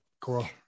Cool